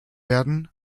werden